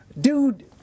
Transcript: Dude